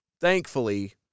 Thankfully